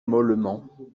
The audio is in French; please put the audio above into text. mollement